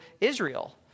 Israel